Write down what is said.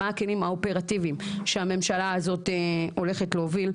מה הכלים האופרטיביים שהממשלה הזאת הולכת להוביל,